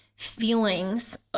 feelings